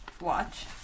watch